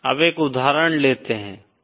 अब एक उदाहरण लेते हैं